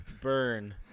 Burn